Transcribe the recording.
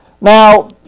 Now